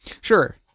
Sure